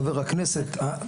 חבר הכנסת,